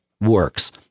works